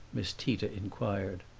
miss tita inquired.